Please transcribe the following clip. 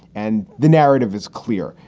and the narrative is clear.